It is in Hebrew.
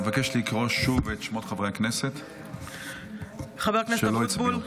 אבקש לקרוא שוב את שמות חברי הכנסת שלא הצביעו.